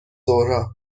ظهرها